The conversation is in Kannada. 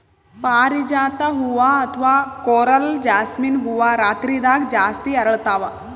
ಪಾರಿಜಾತ ಹೂವಾ ಅಥವಾ ಕೊರಲ್ ಜಾಸ್ಮಿನ್ ಹೂವಾ ರಾತ್ರಿದಾಗ್ ಜಾಸ್ತಿ ಅರಳ್ತಾವ